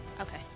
Okay